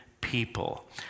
people